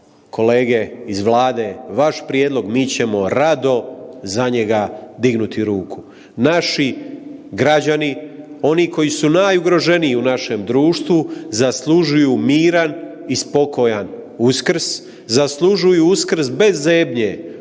kolege iz Vlade vaš prijedlog mi ćemo rado za njega dignuti ruku. Naši građani oni koji su najugroženiji u našem društvu zaslužuju miran i spokojan Uskrs, zaslužuju Uskrs bez zebnje,